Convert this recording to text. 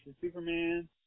Superman